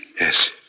Yes